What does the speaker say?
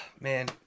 Man